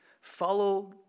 follow